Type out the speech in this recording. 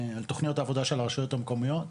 על תוכניות העבודה של הרשויות המקומיות,